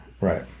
Right